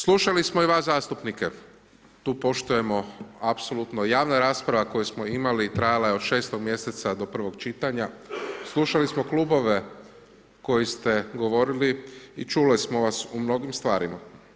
Slušali smo i vas zastupnike, tu poštujemo apsolutno, javna rasprava koju smo imali, trajala je od 6-og mjeseca do prvog čitanja, slušali smo Klubove, koji ste govorili, i čuli smo vas u mnogim stvarima.